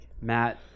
Matt